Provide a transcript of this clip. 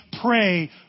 pray